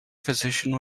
physician